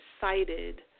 cited